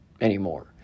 anymore